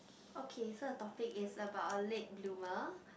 okay so the topic is about a late bloomer